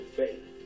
faith